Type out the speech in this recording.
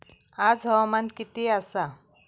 आज हवामान किती आसा?